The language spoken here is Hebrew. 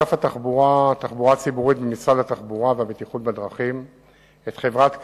התחבורה והבטיחות בדרכים את חברת "קווים"